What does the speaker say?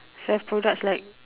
health products like